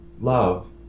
love